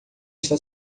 está